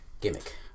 gimmick